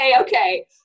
Okay